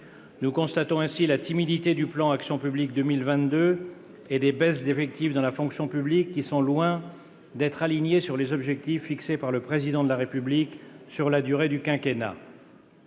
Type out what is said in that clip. Nous constatons ainsi la timidité du plan Action publique 2022 et des baisses d'effectifs dans la fonction publique qui sont loin d'être alignées sur les objectifs fixés par le Président de la République sur la durée du quinquennat.